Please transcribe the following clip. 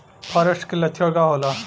फारेस्ट के लक्षण का होला?